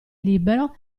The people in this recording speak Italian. libero